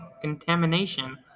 contamination